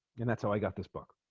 and that's how i got this book